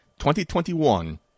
2021